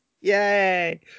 Yay